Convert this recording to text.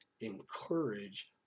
encourage